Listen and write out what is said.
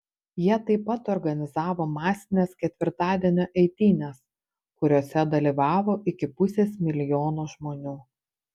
jie taip pat organizavo masines ketvirtadienio eitynes kuriose dalyvavo iki pusės milijono žmonių